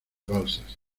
balsas